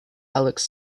alex